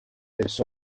this